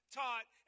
taught